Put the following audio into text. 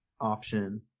option